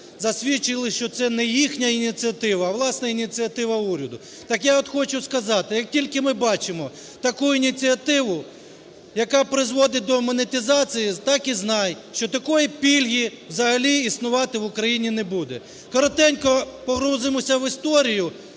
засвідчили, що це не їхня ініціатива, а власна ініціатива уряду. Так я от хочу сказати, як тільки ми бачимо таку ініціативу, яка призводить до монетизації, так і знай, що такої пільги взагалі існувати в Україні не буде. Коротенько погрузимося в історію,